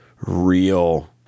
real